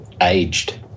aged